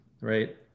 right